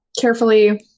carefully